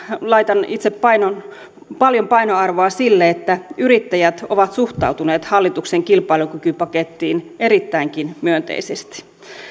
laitan itse paljon painoarvoa sille että yrittäjät ovat suhtautuneet hallituksen kilpailukykypakettiin erittäinkin myönteisesti